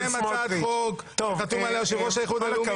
-- לקדם הצעת חוק שחתום עליה יושב-ראש האיחוד הלאומי.